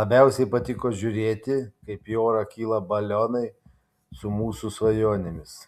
labiausiai patiko žiūrėti kaip į orą kyla balionai su mūsų svajonėmis